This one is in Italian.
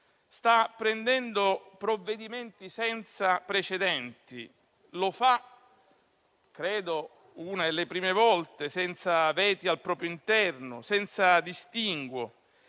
sé, assumendo provvedimenti senza precedenti. Lo fa - credo sia una delle prime volte - senza veti al proprio interno, senza distinguo.